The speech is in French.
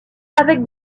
avec